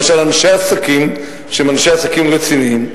למשל, אנשי עסקים שהם אנשי עסקים רציניים: